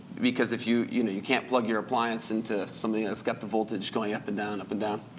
because if you you know you can't plug your appliances into something that's got the voltage going up and down, up and down.